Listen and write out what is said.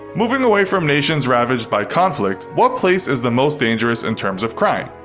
moving away from nations ravaged by conflict, what place is the most dangerous in terms of crime?